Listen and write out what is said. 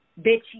bitchy